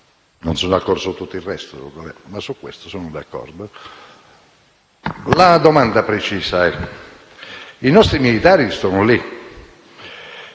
non sono d'accordo su tutto il resto, ma su questo sì - formulo una domanda precisa. I nostri militari sono lì.